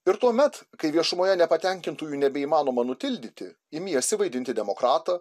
ir tuomet kai viešumoje nepatenkintųjų nebeįmanoma nutildyti imiesi vaidinti demokratą